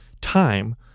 time